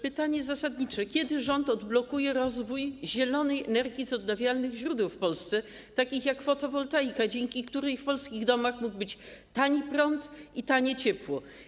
Pytanie zasadnicze: Kiedy rząd odblokuje rozwój zielonej energii z odnawialnych źródeł w Polsce, takich jak fotowoltaika, dzięki której w polskich domach mogłyby być tani prąd i tanie ciepło?